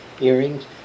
earrings